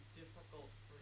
difficult